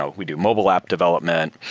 ah we do mobile app development.